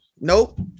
nope